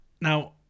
Now